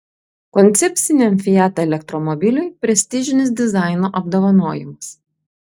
koncepciniam fiat elektromobiliui prestižinis dizaino apdovanojimas